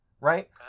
right